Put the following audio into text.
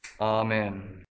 Amen